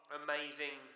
amazing